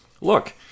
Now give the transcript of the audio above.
look